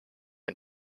and